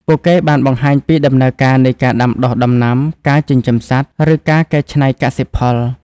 ពួកគេបានបង្ហាញពីដំណើរការនៃការដាំដុះដំណាំ ការចិញ្ចឹមសត្វ ឬការកែច្នៃកសិផល។